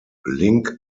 link